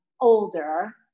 older